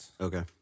Okay